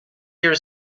year